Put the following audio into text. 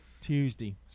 Tuesday